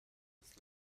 with